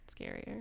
scarier